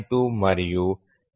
692 మరియు ఈ 0